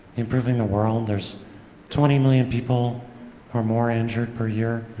improving the world. there's twenty million people or more injured per year.